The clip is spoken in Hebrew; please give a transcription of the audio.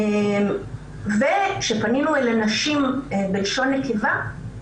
וכשפנינו לנשים בלשון נקבה,